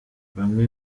bamwe